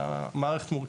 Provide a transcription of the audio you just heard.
המערכת מורכבת.